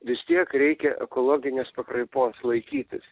vis tiek reikia ekologinės pakraipos laikytis